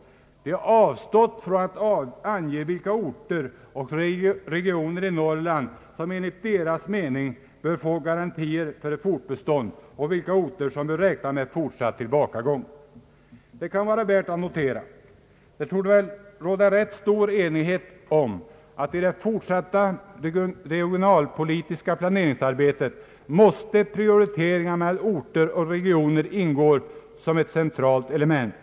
De har avstått från att ange vilka orter och regioner i Norrland, som enligt deras mening bör få garantier för sitt fortbestånd och vilka orter som bör räkna med en fortsatt tillbakagång. Detta kan vara värt att notera. Det torde väl råda rätt stor enighet om att i det fortsatta regionalpolitiska planeringsarbetet måste prioriteringar mellan orter och regioner ingå som ett centralt element.